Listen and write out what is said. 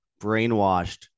brainwashed